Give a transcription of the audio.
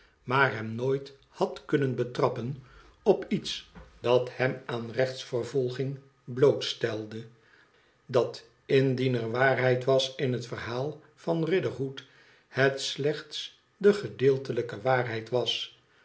maar hem nooit had kunnen betrappen op iets dat hem aan rechtsvervolging blootstelde dat indien er waarheid was in het verhaal van riderhood het slechts de gedeeltelijke waarheid was